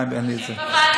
אכיפה בלבד,